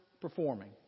performing